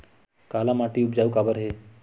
काला माटी उपजाऊ काबर हे?